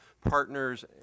partners